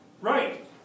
Right